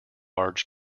large